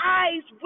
eyes